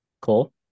cool